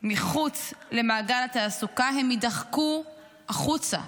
מחוץ למעגל התעסוקה, הם יידחקו החוצה,